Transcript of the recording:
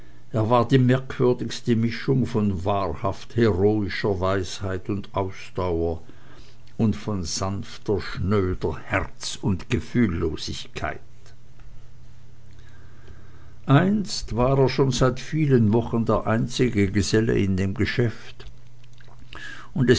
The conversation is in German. er war die merkwürdigste mischung von wahrhaft heroischer weisheit und ausdauer und von sanfter schnöder herz und gefühllosigkeit einst war er schon seit vielen wochen der einzige geselle in dem geschäft und